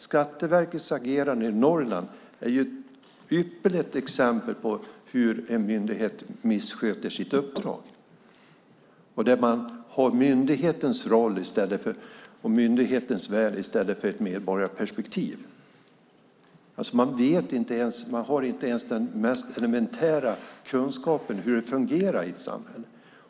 Skatteverkets agerande i Norrland är ett ypperligt exempel på hur en myndighet missköter sitt uppdrag. Man ser till myndighetens roll och myndighetens väl i stället för att ha ett medborgarperspektiv. Man har inte ens den mest elementära kunskapen om hur det fungerar i ett samhälle.